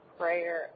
prayer